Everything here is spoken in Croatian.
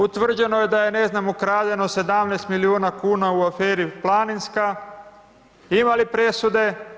Utvrđeno je da je ne znam ukradeno 17 milijuna kn u aferi Planinska, ima li presude?